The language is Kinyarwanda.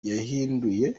yahinduye